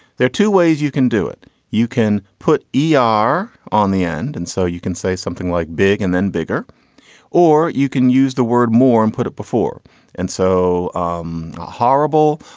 there are two ways you can do it you can put e r on the end and so you can say something like big and then bigger or you can use the word more and put it before and so um horrible,